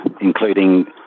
including